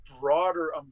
broader